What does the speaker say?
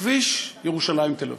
כביש ירושלים תל-אביב.